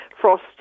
frost